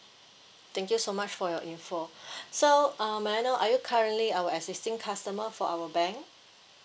thank you so much for your info so uh may I know are you currently our existing customer for our bank